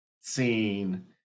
seen